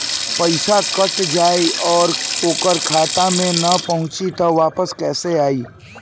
पईसा कट जाई और ओकर खाता मे ना पहुंची त वापस कैसे आई?